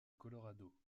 colorado